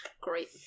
great